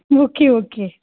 okay okay